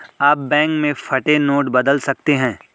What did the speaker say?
आप बैंक में फटे नोट बदल सकते हैं